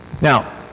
Now